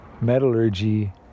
metallurgy